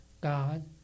God